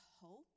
hope